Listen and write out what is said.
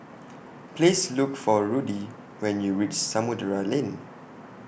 Please Look For Rudy when YOU REACH Samudera Lane